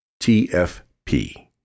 TFP